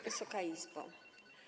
Wysoka Izbo!